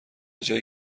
جایی